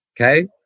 Okay